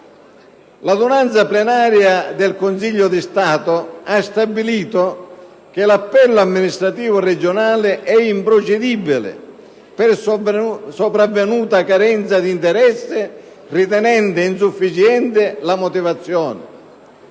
L'adunanza plenaria del Consiglio di Stato ha stabilito che l'appello amministrativo regionale è improcedibile, per sopravvenuta carenza di interesse, ritenendo insufficiente la motivazione.